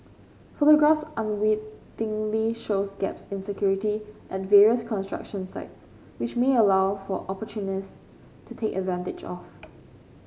photographs unwittingly shows gaps in security at various construction sites which may allow for opportunist to take advantage of